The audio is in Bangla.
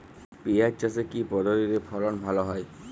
পিঁয়াজ চাষে কি পদ্ধতিতে ফলন ভালো হয়?